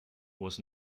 was